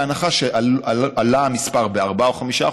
בהנחה שעלה המספר ב-4% או 5%,